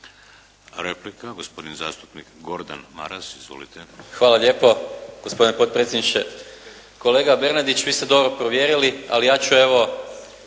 Replika gospodin zastupnik Gordan Maras. Izvolite. **Maras, Gordan (SDP)** Hvala lijepo. Gospodine potpredsjedniče. Kolega Bernardić, vi ste dobro provjerili ali ja ću evo